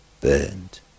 burned